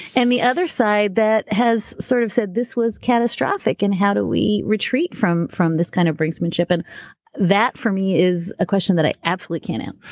and the other side that has sort of said, this was catastrophic and how do we retreat from from this kind of brinkmanship? and that for me is a question that i absolutely can't and